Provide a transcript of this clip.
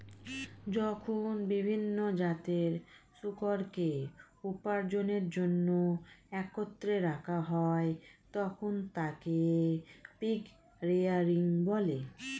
যখন বিভিন্ন জাতের শূকরকে উপার্জনের জন্য একত্রে রাখা হয়, তখন তাকে পিগ রেয়ারিং বলে